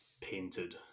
painted